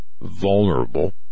vulnerable